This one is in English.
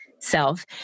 self